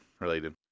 related